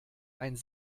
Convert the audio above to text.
einen